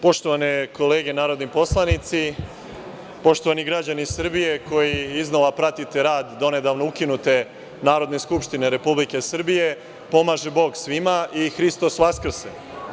Poštovane kolege narodni poslanici, poštovani građani Srbije, koji iznova pratite rad do nedavno ukinute Narodne skupštine Republike Srbije, pomaže Bog svima i Hristos Vaskrse.